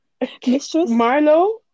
Marlo